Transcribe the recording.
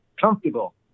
comfortable